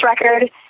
record